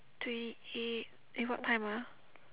twenty eight eh what time ah